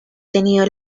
tenido